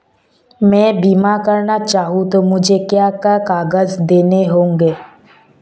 मैं बीमा करना चाहूं तो मुझे क्या क्या कागज़ देने होंगे?